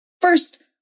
First